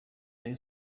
rayon